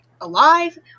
alive